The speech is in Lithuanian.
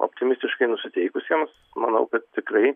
optimistiškai nusiteikusiems manau kad tikrai